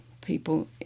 people